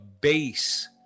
base